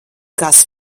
kas